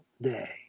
day